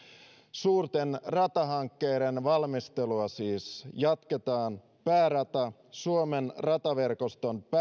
suurten ratahankkeiden valmistelua siis jatketaan päärata suomen rataverkoston